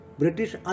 British